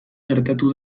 gertatu